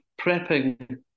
prepping